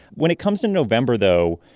when it comes to november, though,